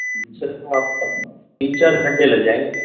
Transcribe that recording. سر ہم آپ کو تیں چار گھنٹے لگ جائیں گے